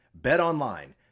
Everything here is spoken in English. BetOnline